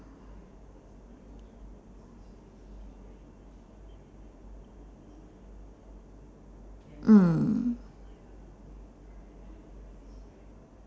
mm